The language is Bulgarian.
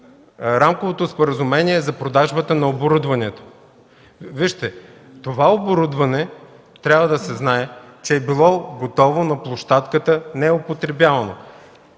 Рамковото споразумение за продажбата на оборудването. Вижте, това оборудване трябва да се знае, че е било готово на площадката, не е употребявано.